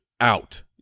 out